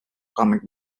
comic